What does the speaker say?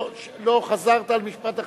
לא חזרת על משפט אחד,